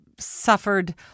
suffered